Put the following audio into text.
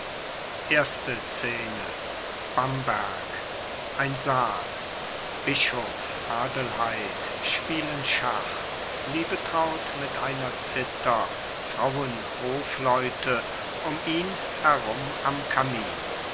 bamberg ein saal bischof adelheid spielen schach liebetraut mit einer zither frauen hofleute um ihn herum am kamin